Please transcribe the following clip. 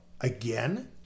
again